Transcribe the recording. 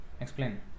explain